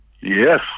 Yes